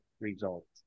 results